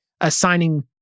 assigning